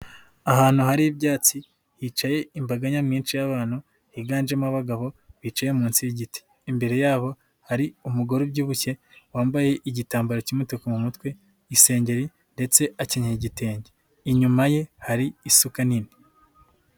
Ahantu hari h'ibyatsi, hicaye imbaga nyamwinshi y'abantu, higanjemo abagabo, bicaye munsi y'igiti. Imbere yabo hari umugore ubyibushye, wambaye igitambaro cy'umutuku mu mutwe, isengeri ndetse akenye igitenge. Inyuma ye hari isuka nini.